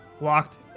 locked